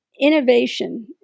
innovation